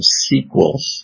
sequels